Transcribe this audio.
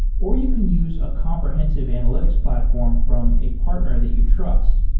or you can use a comprehensive analytics platform from a partner that you trust.